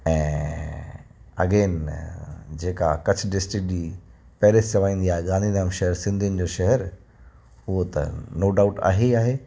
ऐं अगेन जेका कच्छ डिस्ट्रिक्ट जी पेरिस चवाईंदी आहे गांधीधाम शहर सिंधियुनि जो शहर उहो त नॉ डाऊट आहे ई आहे